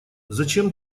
зачем